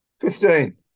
Fifteen